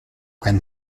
when